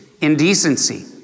indecency